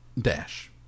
Dash